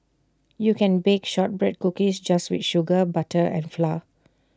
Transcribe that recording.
you can bake Shortbread Cookies just with sugar butter and flour